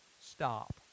stop